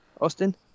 Austin